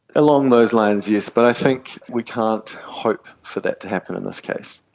along those lines, yes, but i think we can't hope for that to happen in this case.